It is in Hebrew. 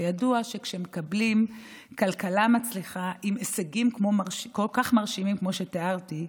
וידוע שכשמקבלים כלכלה מצליחה עם הישגים כל כך מרשימים כמו שתיארתי,